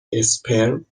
اسپرم